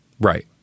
Right